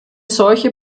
solche